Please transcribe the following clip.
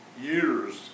Years